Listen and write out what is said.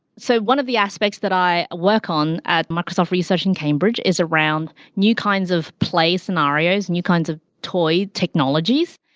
so one of the aspects that i work on at microsoft research in cambridge is around new kinds of place and scenarios and new kinds of toy technologies.